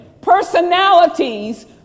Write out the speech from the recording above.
personalities